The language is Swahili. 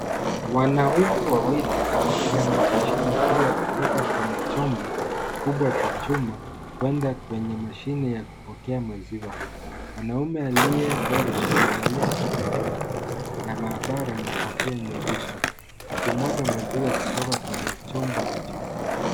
Wanaume wawili wakihamasisha maziwa kutoka kwenye chombo kikubwa cha chuma kwenda kwenye mashine ya kupokea maziwa. Mwanaume aliye mbele amevalia koti jeupe la maabara na kofia nyeupe akimwaga maziwa kutoka kwenye chombo hicho.